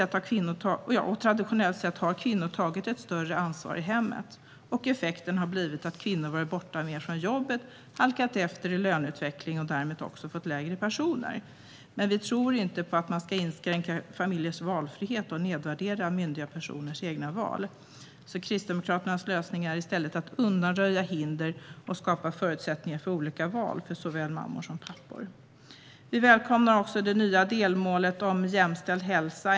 Traditionellt sett har kvinnor tagit ett större ansvar i hemmet, och effekten har blivit att kvinnor har varit borta mer från jobbet, halkat efter i löneutvecklingen och därmed också fått lägre pensioner. Men vi tror inte på att inskränka familjers valfrihet och nedvärdera myndiga personers egna val. Kristdemokraternas lösning är i stället att undanröja hinder och skapa förutsättningar för olika val för såväl mammor som pappor. Vi välkomnar också det nya delmålet om jämställd hälsa.